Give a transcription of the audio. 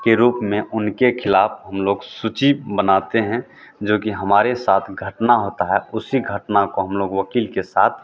के रूप में उनके खिलाफ़ हम लोग सूची बनाते हैं जोकि हमारे साथ घटना होती है उसी घटना को हम लोग वक़ील के साथ